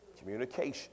Communication